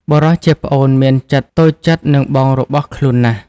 បុរសជាប្អូនមានចិត្តតូចចិត្តនឹងបងរបស់ខ្លួនណាស់។